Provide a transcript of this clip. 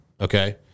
Okay